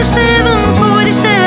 747